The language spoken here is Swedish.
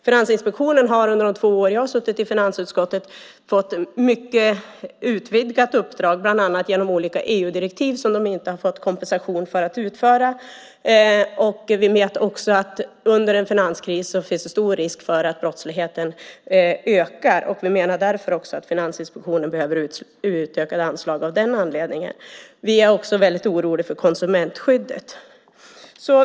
Finansinspektionen har under de två år som jag har suttit i finansutskottet fått ett mycket utvidgat uppdrag, bland annat genom olika EU-direktiv som de inte har fått kompensation för att utföra. Vi vet att under en finanskris finns det stor risk för att brottsligheten ökar. Vi menar därför att Finansinspektionen behöver utökade anslag av den anledningen. Vi är också väldigt oroliga för konsumentskyddet.